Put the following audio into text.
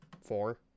Four